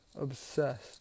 Obsessed